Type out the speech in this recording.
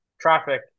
traffic